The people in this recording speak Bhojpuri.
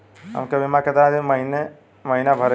हमके बीमा केतना के महीना भरे के होई?